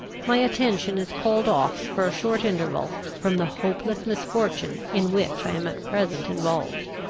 my attention is called off for a short interval, from the hopeless misfortune in which i am at present involved.